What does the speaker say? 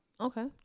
okay